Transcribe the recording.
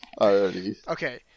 Okay